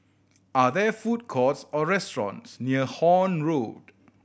are there food courts or restaurants near Horne Road